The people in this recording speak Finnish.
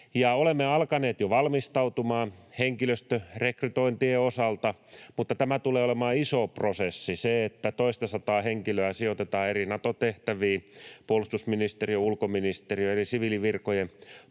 Olemme alkaneet jo valmistautumaan henkilöstörekrytointien osalta, mutta tämä tulee olemaan iso prosessi, se, että toistasataa henkilöä sijoitetaan eri Nato-tehtäviin puolustusministeriön ja ulkoministeriön eri siviilivirkojen puolelta.